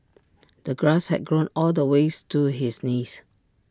the grass had grown all the ways to his knees